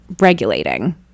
regulating